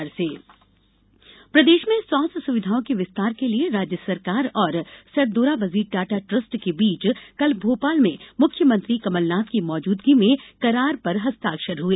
स्वास्थ्य सुविधा प्रदेश में स्वास्थ्य सुविधाओं के विस्तार के लिए राज्य सरकार और सर दोराबजी टाटा ट्रस्ट के बीच कल भोपाल में मुख्यमंत्री कमलनाथ की मौजूदगी में करार पर हस्ताक्षर हुए